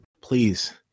please